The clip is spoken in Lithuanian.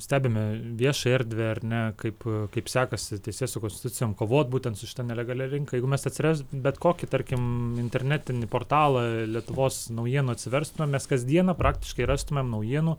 stebime viešąją erdvę ar ne kaip kaip sekasi teisėsaugos institucijom kovot būtent su šita nelegalia rinka jeigu mes atsiras bet kokį tarkim internetinį portalą lietuvos naujienų atsiverstume mes kasdieną praktiškai rastumėm naujienų